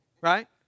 right